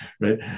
right